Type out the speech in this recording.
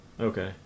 Okay